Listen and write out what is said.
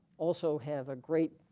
also have a great